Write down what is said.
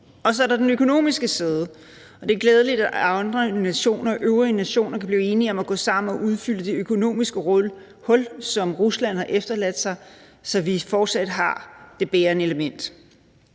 og så er der den økonomiske side af det, og det er glædeligt, at de øvrige nationer er blevet enige om at gå sammen om at udfylde det økonomiske hul, som Rusland har efterladt sig, så vi fortsat har det bærende element.